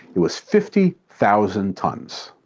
it was fifty thousand tons.